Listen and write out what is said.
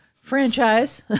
franchise